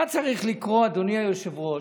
מה צריך לקרות, אדוני היושב-ראש,